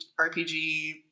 RPG